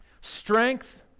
Strength